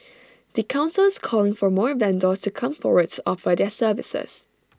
the Council is calling for more vendors to come forward to offer their services